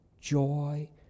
joy